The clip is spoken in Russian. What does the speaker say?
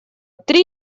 три